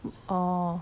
orh